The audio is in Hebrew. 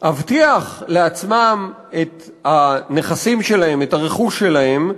להבטיח לעצמם את הנכסים שלהם, את הרכוש שלהם,